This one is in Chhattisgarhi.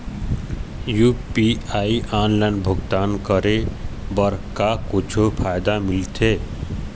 यू.पी.आई ऑनलाइन भुगतान करे बर का कुछू फायदा मिलथे?